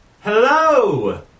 hello